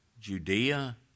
Judea